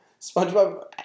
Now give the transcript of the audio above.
SpongeBob